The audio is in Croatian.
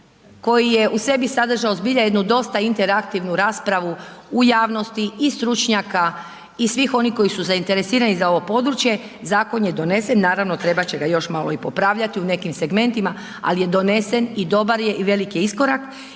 koji je u sebi sadržao, dosta interaktivnu raspravu u javnosti i stručnjaka i svih onih koji su zainteresirani za ovo područje, zakon je donesen, naravno trebati će ga još malo popravljati u nekim segmentima, ali je donesen i dobar je i veliki je iskorak